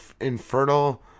infertile